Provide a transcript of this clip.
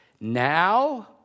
now